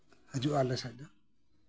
ᱦᱤᱡᱩᱜᱼᱟ ᱟᱞᱮ ᱥᱮᱫ ᱫᱚ